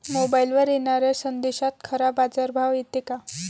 मोबाईलवर येनाऱ्या संदेशात खरा बाजारभाव येते का?